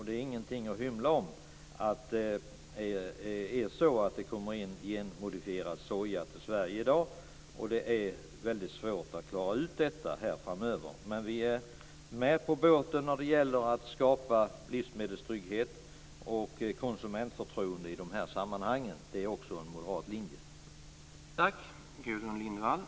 Det är inget att hymla om att det kommer in genmodifierad soja till Sverige i dag. Det är svårt att klara ut detta framöver. Men vi är med på båten när det gäller att skapa livsmedelstrygghet och konsumentförtroende i de här sammanhangen, och det är också en moderat linje.